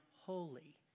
holy